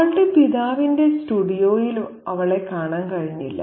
അവളുടെ പിതാവിന്റെ സ്റ്റുഡിയോയിൽ അവളെ കാണാൻ കഴിഞ്ഞില്ല